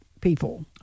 people